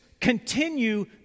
Continue